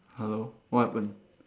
hello what happened